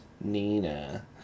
Nina